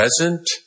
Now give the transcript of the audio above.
present